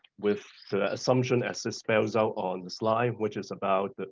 with the assumption as this spells out on the slide which is about